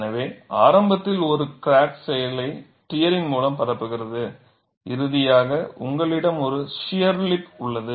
எனவே ஆரம்பத்தில் ஒரு கிராக் செயலைக் டியரிங் மூலம் பரப்புகிறது இறுதியாக உங்களிடம் ஒரு ஷியர் லிப் உள்ளது